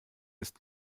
isst